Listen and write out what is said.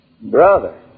Brother